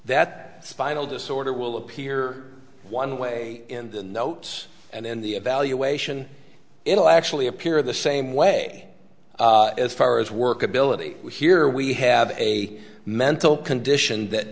that spinal disorder will appear one way in the notes and in the evaluation it'll actually appear the same way as far as workability here we have a mental condition that